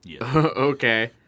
Okay